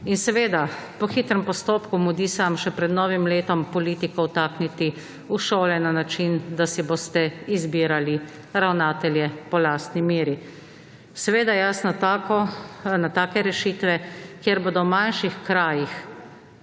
In seveda po hitrem postopku mudi se vam še pred novem letom politiko vtakniti v šole na način, da si boste izbirali ravnatelje po lastni meri. Seveda jaz na take rešitve, kjer bodo v manjših krajih